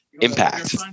Impact